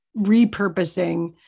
repurposing